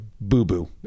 boo-boo